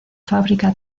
fábrica